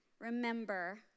Remember